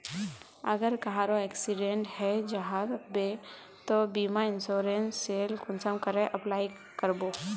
अगर कहारो एक्सीडेंट है जाहा बे तो बीमा इंश्योरेंस सेल कुंसम करे अप्लाई कर बो?